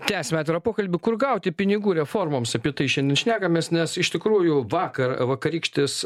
tęsiame pokalbį kur gauti pinigų reformoms apie tai šiandien šnekamės nes iš tikrųjų vakar vakarykštis